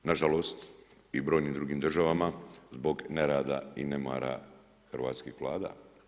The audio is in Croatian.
Na žalost i brojnim drugim državama zbog nerada i nemara hrvatskih vlada.